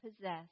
possess